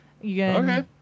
Okay